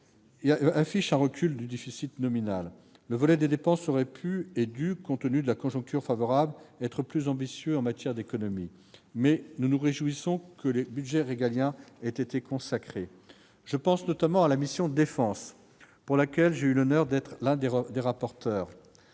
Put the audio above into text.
affiche un recul du déficit nominal. Le volet des dépenses aurait pu, et aurait dû, compte tenu de la conjoncture favorable, être plus ambitieux en matière d'économies. Mais nous nous réjouissons que les budgets régaliens aient été sanctuarisés. Je pense notamment à la mission « Défense », dont j'ai eu l'honneur d'être l'un des rapporteurs.